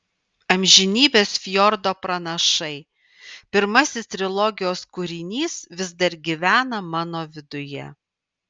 amžinybės fjordo pranašai pirmasis trilogijos kūrinys vis dar gyvena mano viduje